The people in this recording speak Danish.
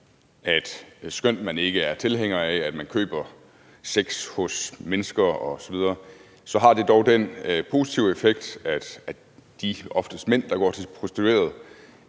at skønt man ikke er tilhænger af, at man køber sex hos mennesker osv., har det dog den positive effekt, at hvis de, der går til prostituerede